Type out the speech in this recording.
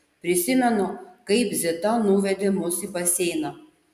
prisimenu kaip zita nuvedė mus į baseiną